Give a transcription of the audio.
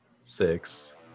six